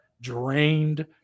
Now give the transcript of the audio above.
drained